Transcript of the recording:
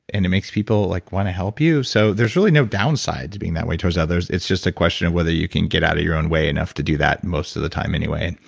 and it makes people like want to help you. so there's really no downside to being that way towards others. it's just a question of whether you can get out of your own way enough to do that, most of the time anyway.